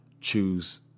choose